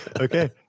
Okay